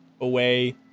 away